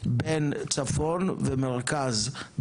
בין צפון ומרכז,